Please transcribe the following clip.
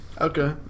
Okay